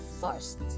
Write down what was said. first